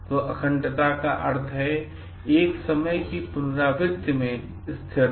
तो अखंडता का अर्थ है एक समय की पुनरावृत्ति में स्थिरता